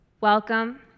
Welcome